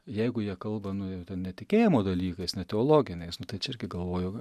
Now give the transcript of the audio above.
jeigu jie kalba nu jau ten ne tikėjimo dalykais ne teologiniais nu tai čia irgi galvoju